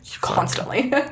constantly